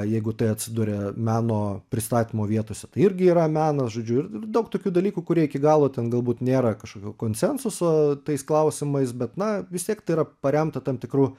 jeigu tai atsiduria meno pristatymo vietose tai irgi yra menas žodžiu ir daug tokių dalykų kurie iki galo ten galbūt nėra kažkokio konsensuso tais klausimais bet na vis tiek tai yra paremta tam tikru